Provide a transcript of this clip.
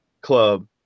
club